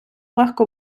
легко